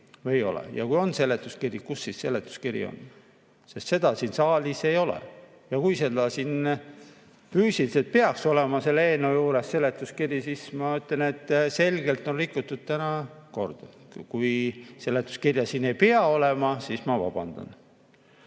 ei ole. Kui on seletuskiri, siis kus see seletuskiri on? Seda siin saalis ei ole. Ja kui füüsiliselt peaks olema selle eelnõu juures seletuskiri, siis ma ütlen, et selgelt on rikutud täna korda. Kui seletuskirja siin ei pea olema, siis ma palun